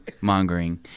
mongering